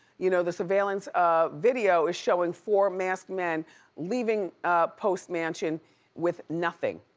you know the surveillance um video is showing four masked men leaving post's mansion with nothing.